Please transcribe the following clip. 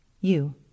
You